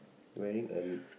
wearing a